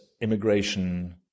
immigration